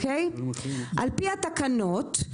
על פי התקנות,